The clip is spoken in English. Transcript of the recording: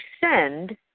send